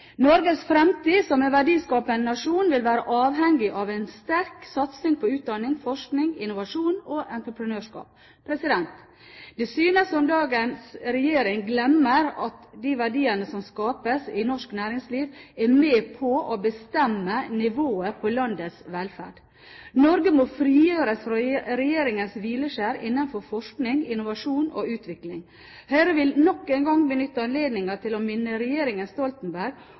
Norges fremtid som en verdiskapende nasjon vil være avhengig av en sterk satsing på utdanning, forskning, innovasjon og entreprenørskap. Det synes som om dagens regjering glemmer at de verdiene som skapes i norsk næringsliv, er med på å bestemme nivået på landets velferd. Norge må frigjøres fra regjeringens hvileskjær innenfor forskning, innovasjon og utvikling. Høyre vil nok en gang benytte anledningen til å minne regjeringen Stoltenberg